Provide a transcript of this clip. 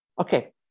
Okay